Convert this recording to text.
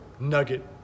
nugget